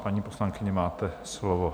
Paní poslankyně, máte slovo.